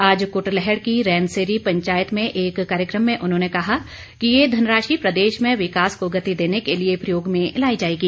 आज कुटलैहड़ की रैनसरी पंचायत में एक कार्यक्रम में उन्होंने कहा कि ये धनराशि प्रदेश में विकास को गति देने के लिए प्रयोग में लाई जाएगी